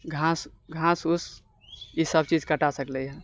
घास घास ओ ई सब चीज कटा सकलै हँ